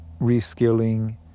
reskilling